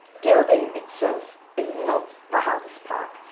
gilding itself is not the hardest part.